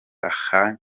ahwanye